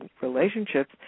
relationships